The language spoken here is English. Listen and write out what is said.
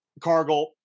Cargill